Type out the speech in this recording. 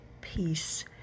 peace